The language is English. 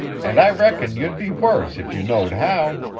and i reckon you'd be worse if you knowed how.